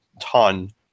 ton